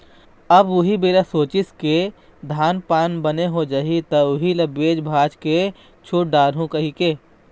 अब उही बेरा सोचिस के धान पान बने हो जाही त उही ल बेच भांज के छुट डारहूँ कहिके